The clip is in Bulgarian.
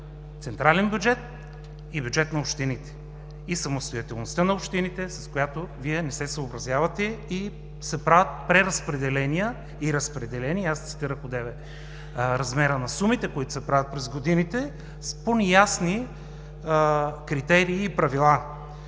централен бюджет и бюджет на общините и самостоятелността на общините, с която Вие не се съобразявате, и се правят преразпределения и разпределения. Аз цитирах одеве размера на сумите, които се правят през годините по неясни критерии и правила.